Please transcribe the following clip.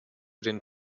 den